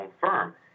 firm